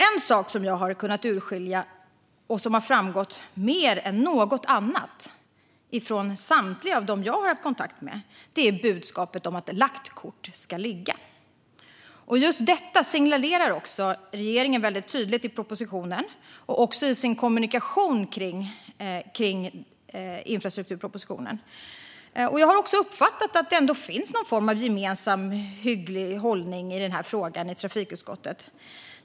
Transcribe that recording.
En sak som jag har kunnat urskilja och som har framgått mer än något från samtliga av dem jag har varit i kontakt med är budskapet om att lagt kort ska ligga. Just detta signalerar också regeringen tydligt i propositionen och i sin kommunikation om den. Jag har också uppfattat att det finns någon form av gemensam hygglig hållning i just denna fråga i trafikutskottet.